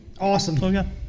Awesome